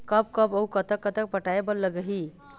कब कब अऊ कतक कतक पटाए बर लगही